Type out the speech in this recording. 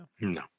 No